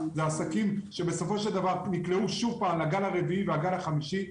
זה עסקים שבסופו של דבר נקלעו שוב לגל הרביעי ולגל החמישי.